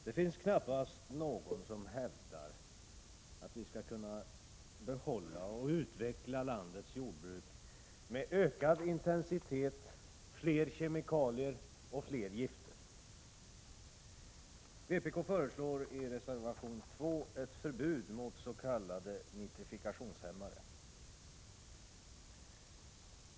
Herr talman! Det finns knappast någon som hävdar att vi skall kunna behålla och utveckla landets jordbruk med hjälp av ökad intensitet, fler kemikalier och fler gifter. Vpk föreslår i reservation 2 ett förbud mot s.k. nitrifikationshämmare.